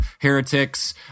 Heretics